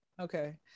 okay